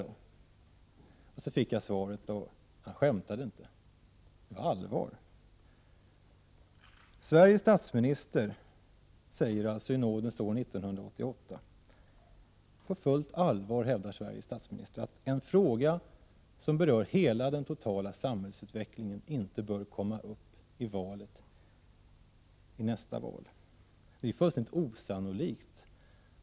Men han förklarade för mig att han inte gjorde det. Det var alltså allvar. Sveriges statsminister sade i nådens år 1988 på fullt allvar att en sådan här fråga, som berör hela samhällsutvecklingen, inte bör tas upp vid nästa val. Det tycker jag är fullständigt osannolikt.